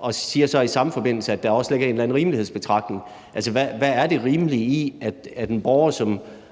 og siger så i samme forbindelse, at der også ligger en eller anden rimelighedsbetragtning i det. Altså, hvad er det rimelige i, at en borger, som